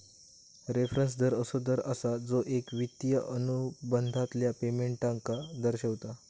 reference दर असो दर असा जो एक वित्तिय अनुबंधातल्या पेमेंटका दर्शवता